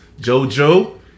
JoJo